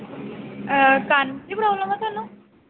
ਕੰਨ 'ਚ ਪ੍ਰੌਬਲਮ ਹੈ ਤੁਹਾਨੂੰ